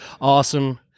Awesome